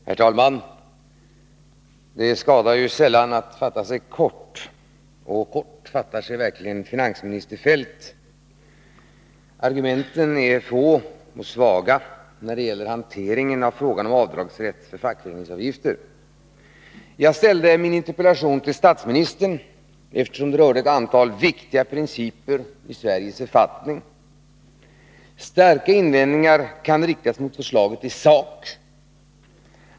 Herr talman! Det skadar sällan att fatta sig kort. Och kort fattar sig verkligen finansminister Feldt. Argumenten är få och svaga när det gäller hanteringen av frågan om avdragsrätt för fackföreningsavgifter. Jag ställde min interpellation till statsministern, eftersom den rörde ett antal viktiga principer i Sveriges författning. Starka invändningar kan riktas mot förslaget i sak.